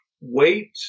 wait